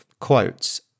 quotes